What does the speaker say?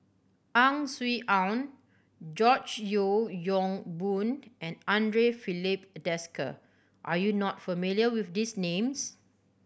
Ang Swee Aun George Yeo Yong Boon and Andre Filipe Desker are you not familiar with these names